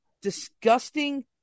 disgusting